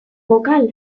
bokal